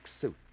suit